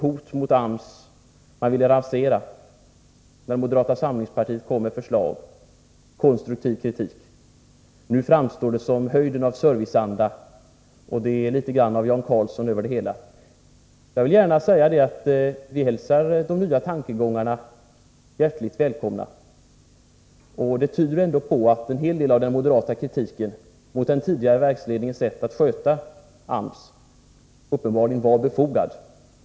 Förr när moderata samlingspartiet kom med förslag och konstruktiv kritik, uppfattades det alltid som ett hot mot AMS — man ville rasera. Nu framstår det som höjden av serviceanda, och det hela påminner litet om Jan Carlzon. Vi hälsar de nya tankegångarna välkomna. De tyder ju på att en hel del av den moderata kritiken mot den tidigare verksledningens sätt att sköta AMS var befogad.